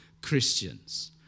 Christians